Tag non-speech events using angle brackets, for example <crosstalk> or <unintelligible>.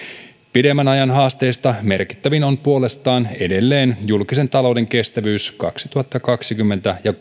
pidemmän ajan haasteista merkittävin on puolestaan edelleen julkisen talouden kestävyys kaksituhattakaksikymmentä ja <unintelligible>